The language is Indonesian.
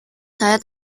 saya